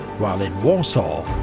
while in warsaw,